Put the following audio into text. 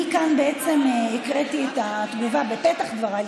אני כאן הקראתי את התגובה בפתח דבריי,